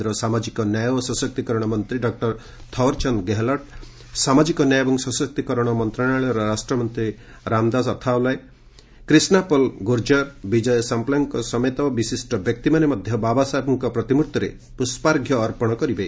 କେନ୍ଦ୍ର ସାମାଜିକ ନ୍ୟାୟ ଓ ସଶକ୍ତିକରଣ ମନ୍ତ୍ରୀ ଡକ୍ଟର ଥଓ୍ୱରଚାନ୍ଦ ଗେହଲଟ୍ ସାମାଜିକ ନ୍ୟାୟ ଏବଂ ସଶକ୍ତିକରଣ ମନ୍ତ୍ରଣାଳୟର ରାଷ୍ଟ୍ରମନ୍ତ୍ରୀ ରାମଦାସ ଅଥାଓ୍ବାଲେ କ୍ରିଷ୍ଣାପଲ୍ ଗୁର୍ଜର୍ ବିଜୟ ସାମ୍ପ୍ଲାଙ୍କ ସମେତ ବିଶିଷ୍ଟ ବ୍ୟକ୍ତିମାନେ ମଧ୍ୟ ବାବାସାହେବଙ୍କ ପ୍ରତିମୂର୍ତ୍ତିରେ ପୁଷ୍ପାର୍ଘ୍ୟ ଅର୍ପଣ କରିବେ